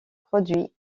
produits